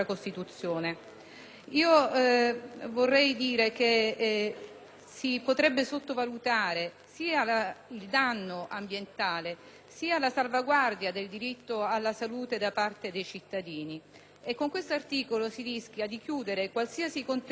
Si potrebbe con ciò sottovalutare sia il danno ambientale, sia la salvaguardia del diritto alla salute da parte dei cittadini. Con questo articolo si rischia di chiudere qualsiasi contenzioso penale e civile sul danno ambientale attraverso una